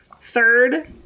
Third